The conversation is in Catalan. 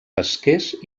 pesquers